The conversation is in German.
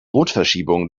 rotverschiebung